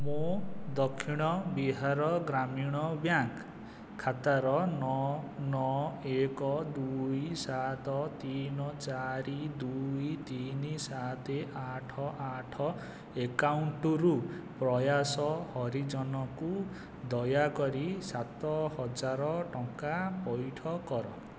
ମୋ ଦକ୍ଷିଣ ବିହାର ଗ୍ରାମୀଣ ବ୍ୟାଙ୍କ୍ ଖାତାର ନଅ ନଅ ଏକ ଦୁଇ ସାତ ତିନି ଚାରି ଦୁଇ ତିନି ସାତେ ଆଠ ଆଠ ଆକାଉଣ୍ଟ୍ ରୁ ପ୍ରୟାସ ହରିଜନ କୁ ଦୟାକରି ସାତ ହଜାର ଟଙ୍କା ପଇଠ କର